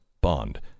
Bond